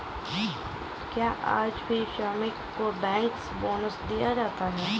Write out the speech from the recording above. क्या आज भी श्रमिकों को बैंकर्स बोनस दिया जाता है?